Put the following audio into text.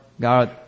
God